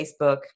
Facebook